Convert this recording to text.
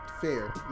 fair